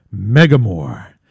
Megamore